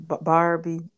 Barbie